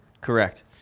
Correct